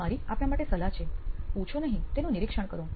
આ મારી આપના માટે સલાહ છે પૂછો નહીં તેનું નિરીક્ષણ કરો